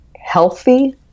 healthy